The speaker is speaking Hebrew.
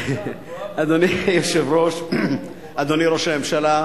אדוני ראש הממשלה,